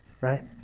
right